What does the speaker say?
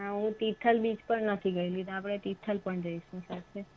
હા હું તિથલ બીચ પણ નથી ગએલી તો આપણે તિથલ પણ જઈશું સાથે